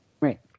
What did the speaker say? right